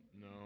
No